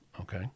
Okay